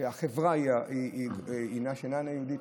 שהחברה אינה יהודית,